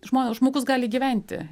žmo žmogus gali gyventi